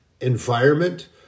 environment